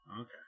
Okay